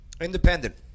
Independent